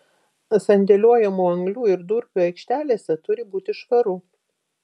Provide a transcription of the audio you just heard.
sandėliuojamų anglių ir durpių aikštelėse turi būti švaru